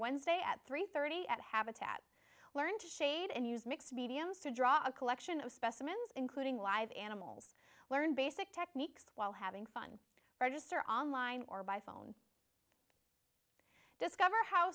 wednesday at three thirty at habitat learn to shade and use mix mediums to draw a collection of specimens including live animals learn basic techniques while having fun register online or by phone discover how